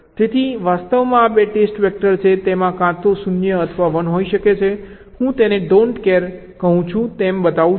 તેથી વાસ્તવમાં આ 2 ટેસ્ટ વેક્ટર છે તો B કાં તો 0 અથવા 1 હોઈ શકે છે હું તેને ડોન્ટ કેર છે તેમ બતાવું છું